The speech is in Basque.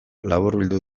laburbildu